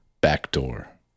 Backdoor